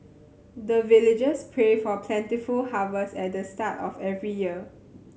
the villagers pray for plentiful harvest at the start of every year